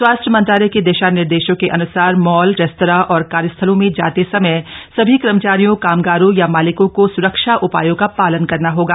स्वास्थ्य मंत्रालय के दिशा निर्देशों के अनुसार मॉल रेस्तरां और कार्यस्थलो में जाते समय सभी कर्मचारियों कामगारों या मालिकों को सरक्षा उपायों का पालन करना होगा